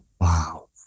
wow